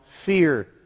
fear